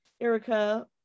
Erica